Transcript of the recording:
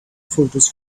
photos